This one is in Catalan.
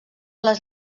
les